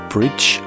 Bridge